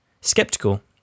skeptical